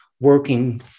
working